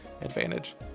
advantage